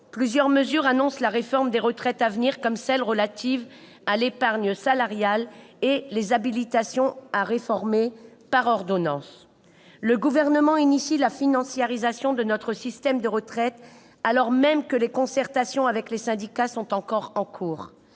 plusieurs mesures annoncent la réforme à venir des retraites, à l'image des dispositions relatives à l'épargne salariale et des habilitations à réformer par ordonnances. Le Gouvernement entame donc la financiarisation de notre système de retraite, alors même que les concertations avec les syndicats sont encore en cours.